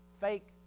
fake